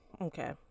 Okay